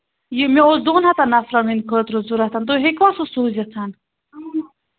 یہِ مےٚ اوس دۄن ہَتَن نَفرَن ہٕنٛدِ خٲطرٕ ضروٗرت تُہۍ ہیٚکوا سُہ سوٗزِتھ